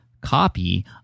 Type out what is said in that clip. copy